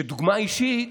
שדוגמה אישית